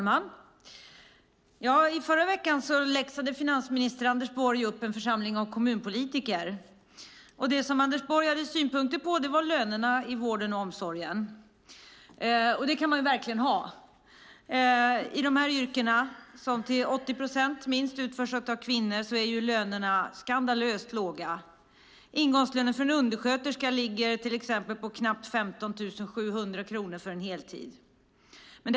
Fru talman! Förra veckan läxade finansminister Anders Borg upp en församling av kommunpolitiker. Det som Anders Borg hade synpunkter på var lönerna i vården och omsorgen. Det kan man verkligen ha, för i dessa yrken där jobben till minst 80 procent utförs av kvinnor är lönerna skandalöst låga. Ingångslönen för en undersköterska till exempel ligger på knappt 15 700 kronor för heltidsjobb.